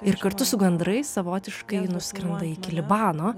ir kartu su gandrais savotiškai nuskrenda iki libano